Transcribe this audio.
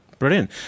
Brilliant